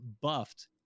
buffed